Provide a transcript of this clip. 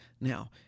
Now